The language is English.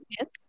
Yes